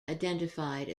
identified